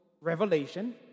Revelation